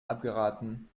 abgeraten